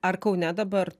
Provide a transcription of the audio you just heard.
ar kaune dabar